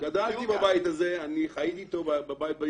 גדלתי בבית הזה, חייתי אתו בבית.